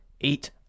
eight